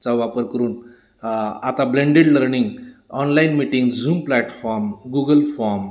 चा वापर करून आता blended learning online meeting Zoom platform Google form